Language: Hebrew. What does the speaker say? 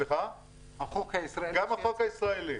גם החוק הישראלי.